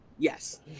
Yes